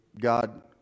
God